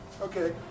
Okay